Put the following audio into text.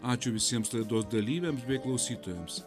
ačiū visiems laidos dalyviams bei klausytojams